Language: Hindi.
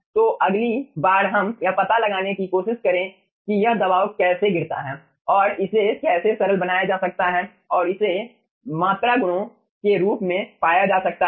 तो अगली बार हम यह पता लगाने की कोशिश करें कि यह दबाव कैसे गिरता है और इसे कैसे सरल बनाया जा सकता है और इसे मात्रा गुणों के रूप में पाया जा सकता है